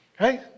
okay